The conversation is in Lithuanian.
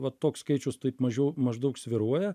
vat toks skaičius taip mažiau maždaug svyruoja